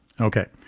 okay